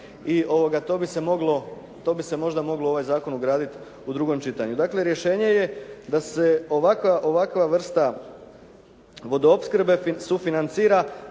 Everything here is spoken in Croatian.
i to bi se možda moglo u ovaj zakon ugraditi u drugom čitanju. Dakle, rješenje je da se ovakva vrsta vodoopskrbe sufinancira